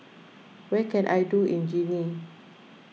what can I do in Guinea